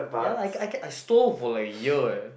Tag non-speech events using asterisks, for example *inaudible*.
ya lah I *noise* I stole for like a year eh